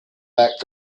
back